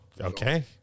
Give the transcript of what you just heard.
Okay